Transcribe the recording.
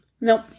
Nope